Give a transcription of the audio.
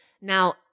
Now